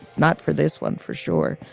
not for this one for sure.